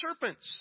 serpents